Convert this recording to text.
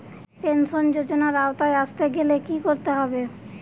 Pension যজোনার আওতায় আসতে গেলে কি করতে হবে?